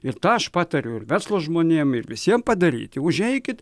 ir tą aš patariu ir verslo žmonėm ir visiem padaryti užeikit